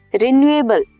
renewable